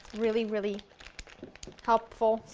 really really helpful.